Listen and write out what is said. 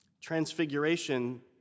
Transfiguration